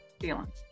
feeling